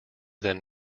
than